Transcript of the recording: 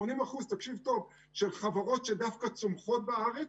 תקשיב טוב, של חברות שדווקא צומחות בארץ,